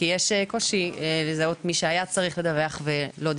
כי יש קושי לזהות מי שהיה צריך לדווח ולא דיווח.